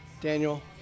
Daniel